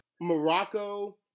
Morocco